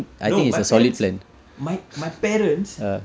no my parents and my my parents